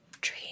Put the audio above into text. dream